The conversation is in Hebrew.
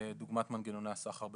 דוגמת מנגנוני הסחר בפליטות.